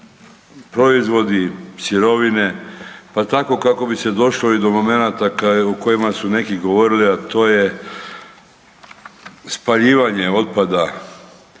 proizvodi, sirovine, pa tako kako bi se došlo i do momenata o kojima su neki govorili, a to je spaljivanje otpada.